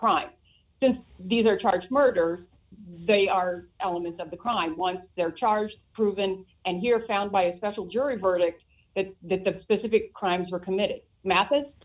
since these are charged murder they are elements of the crime once they're charged proven and here found by a special jury verdict that the specific crimes were committed math